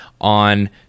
on